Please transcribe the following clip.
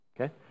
Okay